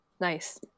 Nice